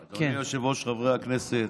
היושב-ראש, חברי הכנסת,